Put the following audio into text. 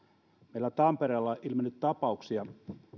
meillä tampereella on ilmennyt tapauksia